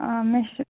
مےٚ چھُ